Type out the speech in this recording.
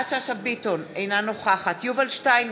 יפעת שאשא ביטון, אינה נוכחת יובל שטייניץ,